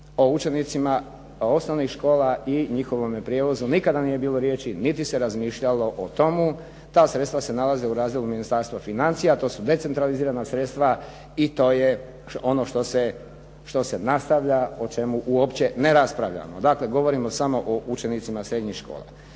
O učenicima osnovnih škola i njihovome prijevozu nikada nije bilo riječi niti se razmišljalo o tomu. Ta sredstva se nalaze u razdjelu Ministarstva financija, to su decentralizirana sredstva i to je ono što se nastavlja, o čemu uopće ne raspravljamo. Dakle, govorimo samo o učenicima srednjih škola.